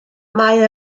mae